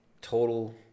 total